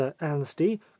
anstey